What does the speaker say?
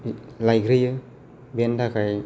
लायग्रोयो बेनि थाखाय